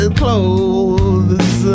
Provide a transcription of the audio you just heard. clothes